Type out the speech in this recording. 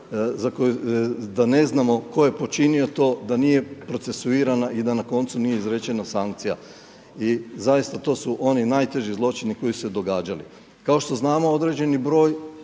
da ne znamo tko je počinio to, da nije procesuirana i da na koncu nije izrečene sankcija. Zaista to su oni najteži zločini koji su se događali. Kao što znamo određeni broj,